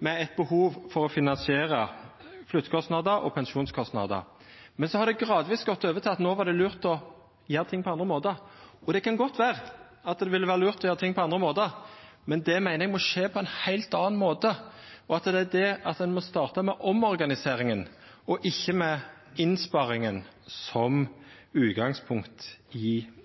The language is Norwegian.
med eit behov for å finansiera flyttekostnader og pensjonskostnader. Så har det gradvis gått over til at det er lurt å gjera ting på andre måtar. Det kan godt vera at det vil vera lurt å gjera ting på andre måtar, men det meiner eg må skje på ein heilt annan måte, at ein må starta med omorganiseringa og ikkje med innsparinga